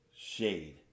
Shade